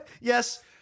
Yes